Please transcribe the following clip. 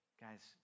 Guys